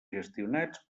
gestionats